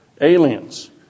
Aliens